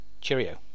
Cheerio